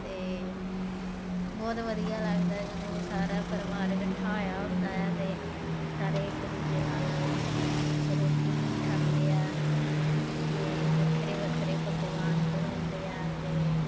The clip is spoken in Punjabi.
ਤਾਂ ਬਹੁਤ ਵਧੀਆ ਲੱਗਦਾ ਜਦੋਂ ਸਾਰਾ ਪਰਿਵਾਰ ਇਕੱਠਾ ਹੋਇਆ ਹੁੰਦਾ ਹੈ ਅਤੇ ਸਾਰੇ ਇੱਕ ਦੂਜੇ ਨਾਲ ਰੋਟੀ ਖਾਂਦੇ ਆ ਅਤੇ ਵੱਖਰੇ ਵੱਖਰੇ ਪਕਵਾਨ ਬਣਾਉਂਦੇ ਆ ਅਤੇ